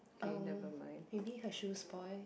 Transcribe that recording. oh maybe her shoe spoil